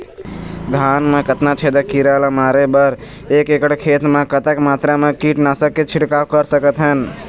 धान मा कतना छेदक कीरा ला मारे बर एक एकड़ खेत मा कतक मात्रा मा कीट नासक के छिड़काव कर सकथन?